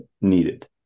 needed